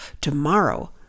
tomorrow